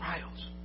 trials